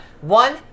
One